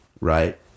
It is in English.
right